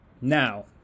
Now